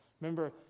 Remember